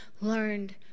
learned